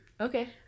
Okay